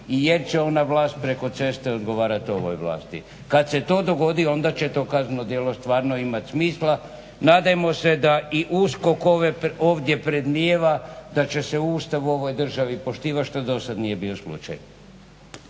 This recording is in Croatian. i jer će ona vlast preko ceste odgovarati ovoj vlasti. kada se to dogodi onda će to kazneno djelo stvarno imati smisla. Nadajmo se da i USKOK ovdje predmnijeva da će se Ustav u ovoj državi poštivati što do sada nije bio slučaj.